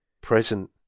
present